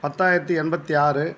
பத்தாயிரத்தி எண்பத்தி ஆறு